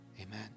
Amen